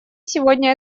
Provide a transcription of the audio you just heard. сегодня